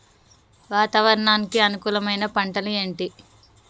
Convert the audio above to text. వాతావరణానికి అనుకూలమైన పంటలు ఏంటి?